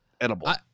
edible